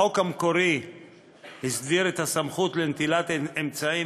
החוק המקורי הסדיר את הסמכות לנטילת אמצעים